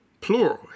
Plural